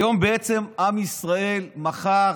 היום בעצם עם ישראל, מחר